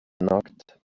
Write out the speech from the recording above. knocked